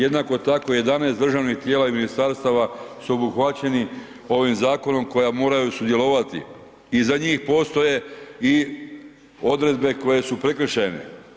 Jednako tako 11 državnih tijela i ministarstava su obuhvaćeni ovim zakonom koja moraju sudjelovati i za njih postoje i odredbe koje su prekršajne.